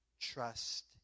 trust